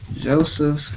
Joseph